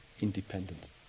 independent